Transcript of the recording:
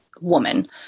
woman